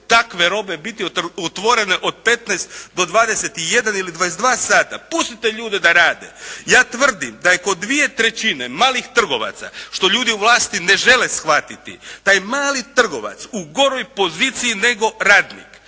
takve robe biti otvorene od 15 do 21 ili 22 sata. Pustite ljude da rade. Ja tvrdim da je kod dvije trećine malih trgovaca što ljudi u vlasti ne žele shvatiti, taj mali trgovac u goroj poziciji nego radnik.